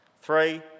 Three